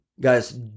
guys